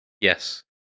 yes